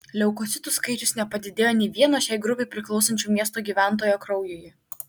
leukocitų skaičius nepadidėjo nė vieno šiai grupei priklausančio miesto gyventojo kraujuje